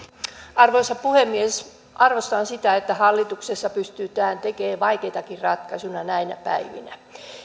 arvoisa puhemies arvostan sitä että hallituksessa pystytään tekemään vaikeitakin ratkaisuja näinä päivinä